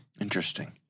Interesting